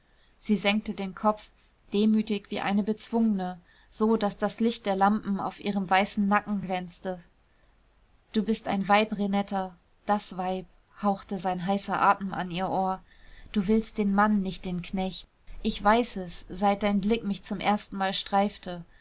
sie senkte den kopf demütig wie eine bezwungene so daß das licht der lampen auf ihrem weißen nacken glänzte du bist ein weib renetta das weib hauchte sein heißer atem an ihr ohr du willst den mann nicht den knecht ich weiß es seit dein blick mich zum erstenmal streifte